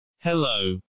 hello